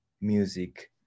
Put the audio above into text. music